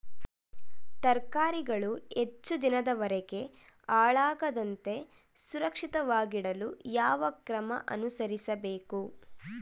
ತರಕಾರಿಗಳು ಹೆಚ್ಚು ದಿನದವರೆಗೆ ಹಾಳಾಗದಂತೆ ಸುರಕ್ಷಿತವಾಗಿಡಲು ಯಾವ ಕ್ರಮ ಅನುಸರಿಸಬೇಕು?